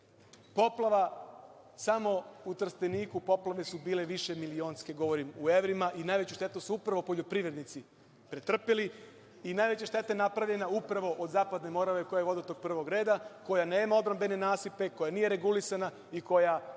poplava, samo u Trsteniku poplave su bile višemilionske, govorim u evrima. Najveću štetu su upravo poljoprivrednici pretrpeli. Najveća šteta je napravljena upravo od Zapadne Morave, koja je vodotok prvog reda, koja nema odbrambene nasipe, koja nije regulisana i koja